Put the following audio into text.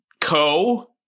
co